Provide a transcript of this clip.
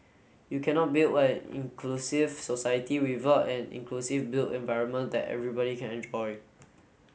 you cannot build an inclusive society without an inclusive built environment that everybody can enjoy